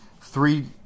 three